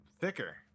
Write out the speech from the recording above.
thicker